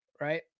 right